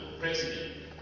President